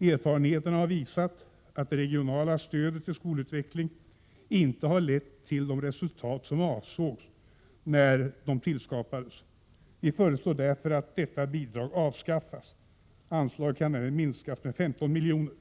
Erfarenheterna har visat att det regionala stödet till skolutveckling inte har lett till de resultat som avsågs när stödet tillskapades. Vi föreslår därför att detta bidrag avskaffas. Anslaget kan därmed minskas med 15 miljoner.